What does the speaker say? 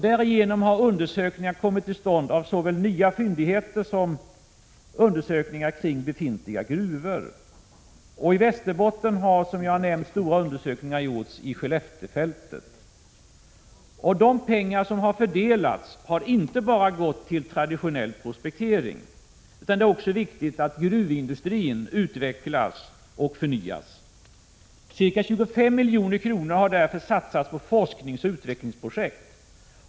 Därigenom har undersökningar kommit till stånd av såväl nya fyndigheter som befintliga gruvor. I Västerbotten har, som jag nämnt, stora undersökningar gjorts i Skelleftefältet. De pengar som har fördelats har inte bara gått till traditionell prospektering — det är också viktigt att gruvindustrin utvecklas och förnyas. Ca 25 milj.kr. har därför satsats på forskningsoch utvecklingsprojekt.